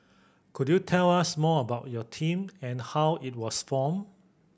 could you tell us more about your team and how it was formed